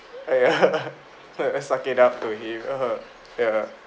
!aiya! suck it up to him ya